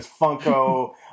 Funko